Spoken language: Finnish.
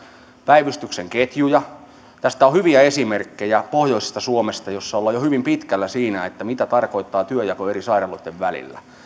päivystyksen ketjuja tästä on hyviä esimerkkejä pohjoisesta suomesta missä ollaan jo hyvin pitkällä siinä mitä tarkoittaa työnjako eri sairaaloitten välillä